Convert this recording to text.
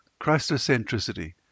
Christocentricity